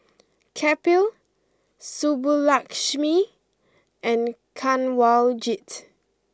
Kapil Subbulakshmi and Kanwaljit